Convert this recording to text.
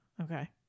Okay